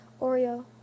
Oreo